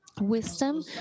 Wisdom